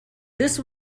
this